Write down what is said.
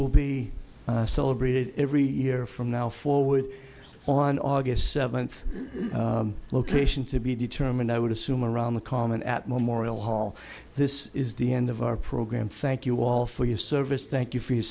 will be celebrated every year from now forward on august seventh location to be determined i would assume around the common at memorial hall this is the end of our program thank you all for your service thank you for you